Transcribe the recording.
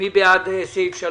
סעיף 2